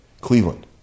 cleveland